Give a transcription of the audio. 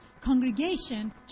congregation